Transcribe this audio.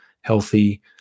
healthy